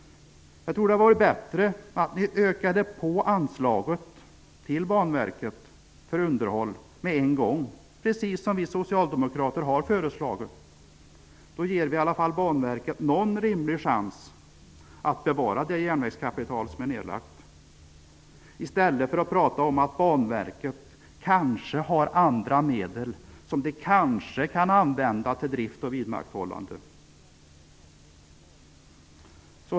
Jag tror att det hade varit bättre om ni ökade på anslaget till Banverket för underhåll med en gång, precis som vi socialdemokrater har föreslagit. Då ger vi i alla fall Banverket en rimlig chans att bevara det järnvägskapital som finns. I stället pratar ni om att Banverket kanske har andra medel som kanske kan användas till drift och vidmakthållande.